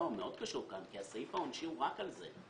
זה מאוד קשור כאן כי הסעיף העונשי הוא רק על זה,